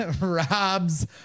rob's